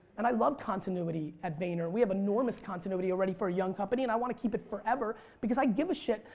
and i love continuity continuity at vayner. we have enormous continuity already for a young company and i want to keep it forever because i give a shit.